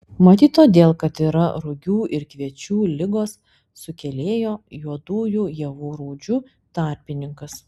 matyt todėl kad yra rugių ir kviečių ligos sukėlėjo juodųjų javų rūdžių tarpininkas